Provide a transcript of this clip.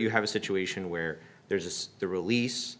you have a situation where there is the release